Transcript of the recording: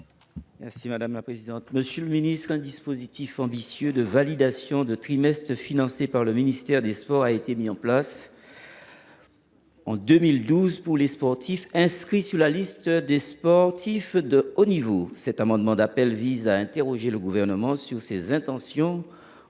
: La parole est à M. Dominique Théophile. Un dispositif ambitieux de validation de trimestres financé par le ministère des sports a été mis en place depuis 2012 pour les sportifs inscrits sur la liste des sportifs de haut niveau. Cet amendement d’appel vise à interroger le Gouvernement sur ses intentions